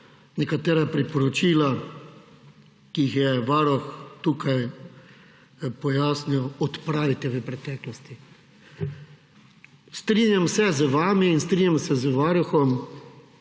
nekaterih priporočil, ki jih je Varuh tukaj pojasnil, odpraviti v preteklosti. Strinjam se z vami in strinjam se z Varuhom,